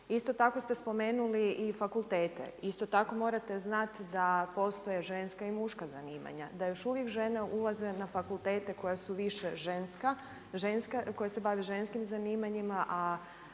Isto tako ste spomenuli i fakultete, isto tako morate znati da postoje ženska i muška zanimanja, da još uvijek žene ulaze na fakultete koja se bave ženskim zanimanjima,